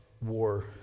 war